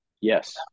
Yes